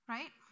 Right